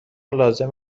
لازم